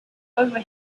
over